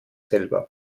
selber